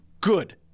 good